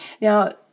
Now